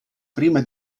prima